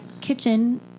kitchen